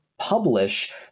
Publish